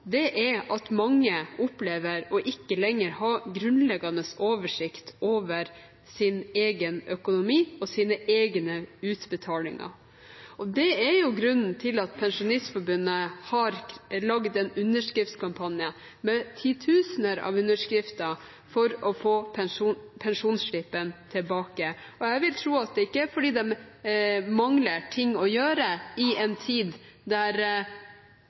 er at mange opplever å ikke lenger ha grunnleggende oversikt over sin egen økonomi og sine egne utbetalinger. Det er grunnen til at Pensjonistforbundet har laget en underskriftskampanje med titusener av underskrifter for å få pensjonsslippen tilbake. Jeg vil tro at det ikke er fordi de mangler noe å gjøre i en tid